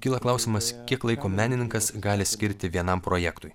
kyla klausimas kiek laiko menininkas gali skirti vienam projektui